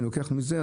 אני לוקח מזה,